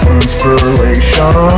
inspiration